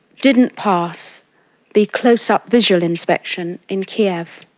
didn't pass the close-up visual inspection in kiev.